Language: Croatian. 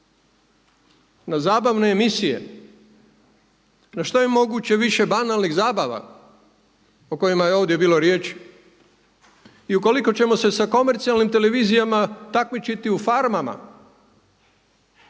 na zabavne emisije, na što je moguće više banalnih zabava o kojima je ovdje bilo riječi. I ukoliko ćemo se sa komercijalnim televizijama takmičiti u Farmama